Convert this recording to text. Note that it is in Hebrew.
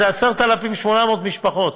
זה 10,800 משפחות,